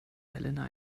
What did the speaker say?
helena